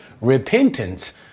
repentance